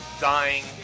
dying